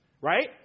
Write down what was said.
right